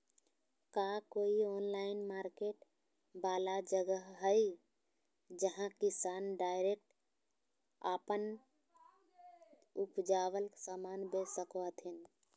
का कोई online market वाला जगह हइ जहां किसान डायरेक्ट अप्पन उपजावल समान बेच सको हथीन?